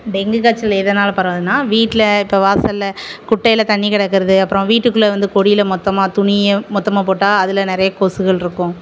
dengue காய்ச்சல் எதுனால பரவுதுன்னா வீட்டில் இப்போ வாசல்ல குட்டையில் தண்ணி கிடக்கறது அப்புறம் வீட்டுக்குள்ள வந்து கொடியில் மொத்தமாக துணியை மொத்தமாக போட்டால் அதில் நிறைய கொசுகள் இருக்கும்